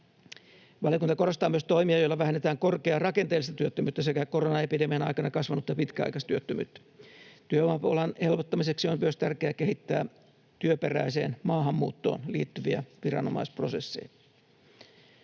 Valiokunta korostaa myös toimia, joilla vähennetään korkeaa rakenteellista työttömyyttä sekä koronaepidemian aikana kasvanutta pitkäaikaistyöttömyyttä. Työvoimapulan helpottamiseksi on myös tärkeää kehittää työperäiseen maahanmuuttoon liittyviä viranomaisprosesseja.